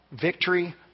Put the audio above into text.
victory